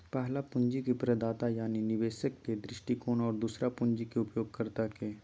पहला पूंजी के प्रदाता यानी निवेशक के दृष्टिकोण और दूसरा पूंजी के उपयोगकर्ता के